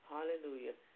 Hallelujah